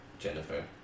Jennifer